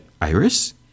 Iris